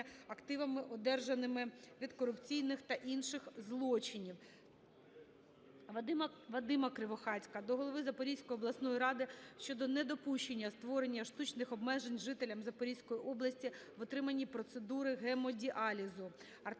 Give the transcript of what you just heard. активам, одержаними від корупційних та інших злочинів. Вадима Кривохатька до голови Запорізької обласної ради щодо недопущення створення штучних обмежень жителям Запорізької області в отриманні процедури гемодіалізу.